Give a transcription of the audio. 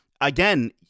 Again